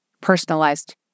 personalized